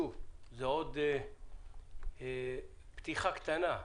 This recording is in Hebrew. שוב, זאת עוד פתיחה קטנה.